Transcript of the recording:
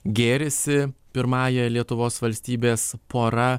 gėrisi pirmąja lietuvos valstybės pora